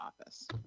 office